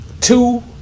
two